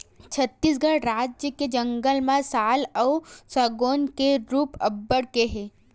छत्तीसगढ़ राज के जंगल म साल अउ सगौन के रूख अब्बड़ के हे